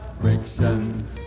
friction